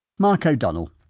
whitemark o'donnell.